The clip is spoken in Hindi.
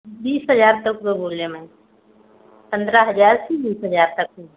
जी सर याद था पर भूल गया मैं पंद्रह हज़ार से बीस हज़ार तक की